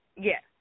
Yes